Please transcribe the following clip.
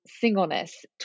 singleness